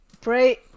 pray